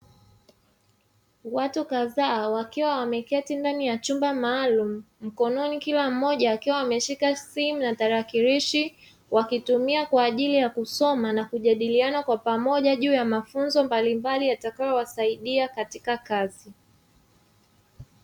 Watu kazaa wakiwa wameketi ndani ya chumba maalumu, mkononi kila mmoja akiwa ameshika simu na talakilishi wakitumia kwa ajili ya kusoma na kujadiliana kwa pamoja juu ya mafunzo mbalimabli; yatakayowasaidia katika kazi.